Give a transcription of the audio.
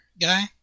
guy